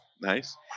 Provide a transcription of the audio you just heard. nice